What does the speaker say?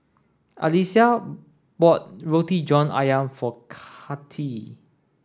Alysia bought Roti John Ayam for Cathi